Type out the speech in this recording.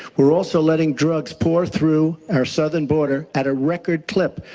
we're also letting drugs pour through our southern border at a record clip.